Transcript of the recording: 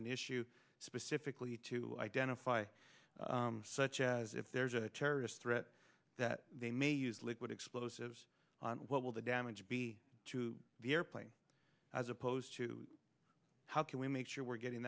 an issue specifically to identify such as if there's a terrorist threat that they may use liquid explosives on what will the damage be to the airplane as opposed to how can we make sure we're getting